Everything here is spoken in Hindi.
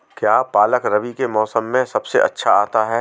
क्या पालक रबी के मौसम में सबसे अच्छा आता है?